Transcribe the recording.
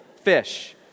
fish